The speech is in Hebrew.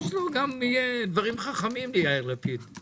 יש לו גם דברים חכמים, ליאיר לפיד.